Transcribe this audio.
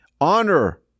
honor